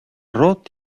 рот